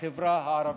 בחברה הערבית.